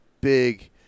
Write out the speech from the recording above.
big